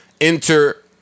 enter